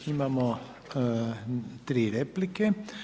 Imamo 3 replike.